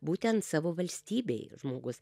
būtent savo valstybei žmogus